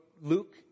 Luke